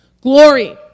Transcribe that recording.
Glory